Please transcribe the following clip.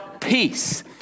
peace